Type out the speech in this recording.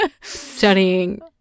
studying